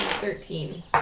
Thirteen